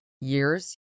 years